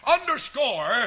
underscore